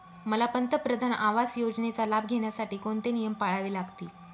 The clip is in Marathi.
मला पंतप्रधान आवास योजनेचा लाभ घेण्यासाठी कोणते नियम पाळावे लागतील?